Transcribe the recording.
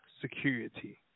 security